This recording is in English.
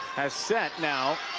has set now